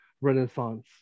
Renaissance